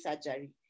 surgery